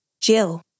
Jill